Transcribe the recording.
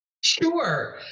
Sure